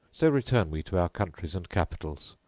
so return we to our countries and capitals,